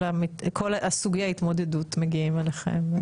כל סוגי ההתמודדות מגיעים אליהם?